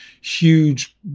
Huge